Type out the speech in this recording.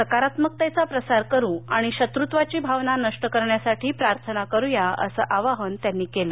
सकारात्मकतेचा प्रसार करू आणि शत्रत्वाची भावना नष्ट करण्यासाठी प्रार्थना करूया असं आवाहन त्यांनी केलं